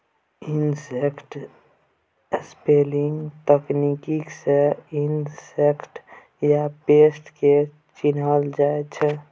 insect sampling तकनीक सँ insect या पेस्ट केँ चिन्हल जाइ छै